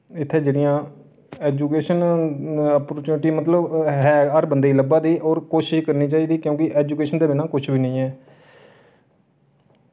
इत्थै जेह्ड़ियां education opportunity मतलब है हर बंदे ई लब्भै दी और कोशिश करनी चाहिदी क्यूंकि एजुकेशन दे बिना किश बी नेईं ऐ